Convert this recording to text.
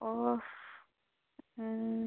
آ